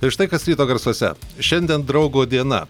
tai štai kas ryto garsuose šiandien draugo diena